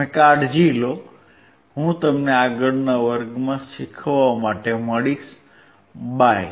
તમે કાળજી લો હું તમને આગળના વર્ગમાં શીખવવા માટે મળીશ બાય